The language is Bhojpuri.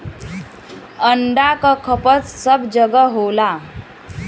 अंडा क खपत सब जगह होला